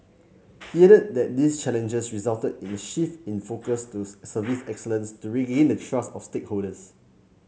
he added that these challenges resulted in a shift in focus to service excellence to regain the trust of stakeholders